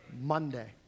Monday